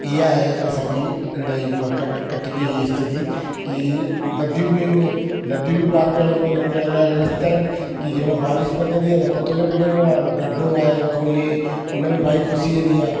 इहे आहे असांजी इन ई कट कटनीअ जी स्थिति की नदियूं बि आहिनि नदियूं बि पार करणियूं पवंदियूं आहिनि कहिड़ा कहिड़ा रस्ता आहिनि की जंहिंमहिल बारिश पइजंदी आहे त पतो न पइजंदो आहे गॾो आहे कोन्हे उन में बाइक घुसी वेंदी आहे